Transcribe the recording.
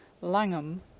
Langham